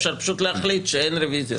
אפשר פשוט להחליט שאין רוויזיות.